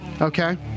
okay